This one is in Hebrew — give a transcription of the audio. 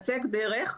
הצג דרך,